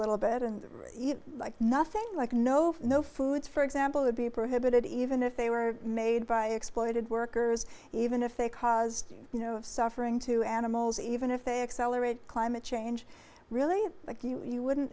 little bit and nothing like no no food for example would be prohibited even if they were made by exploited workers even if they caused you know of suffering to animals even if they accelerate climate change really like you wouldn't